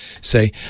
say